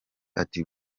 ati